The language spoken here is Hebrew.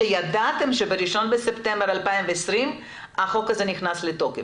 כשידעתם שב-1 בספטמבר 2020 החוק הזה נכנס לתוקף?